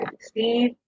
Steve